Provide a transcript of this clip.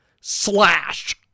slash